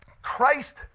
christ